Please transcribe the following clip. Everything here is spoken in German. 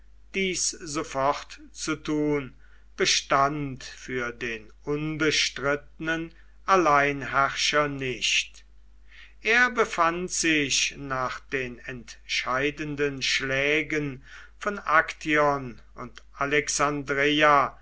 sofort zu tun bestand für den unbestrittenen alleinherrscher nicht er befand sich nach den entscheidenden schlägen von aktion und alexandreia